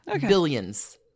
Billions